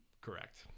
Correct